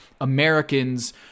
Americans